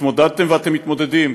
התמודדתם ואתם מתמודדים,